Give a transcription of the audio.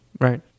Right